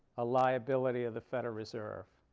a liability of the federal reserve.